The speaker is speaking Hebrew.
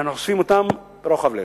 ואנחנו חושפים אותם ברוחב לב.